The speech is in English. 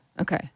Okay